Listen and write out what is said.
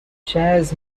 shares